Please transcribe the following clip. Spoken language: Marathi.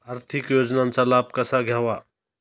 आर्थिक योजनांचा लाभ कसा घ्यावा?